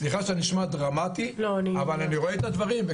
סליחה שאני נשמע דרמטי, אבל אני רואה את הדברים.